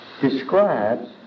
describes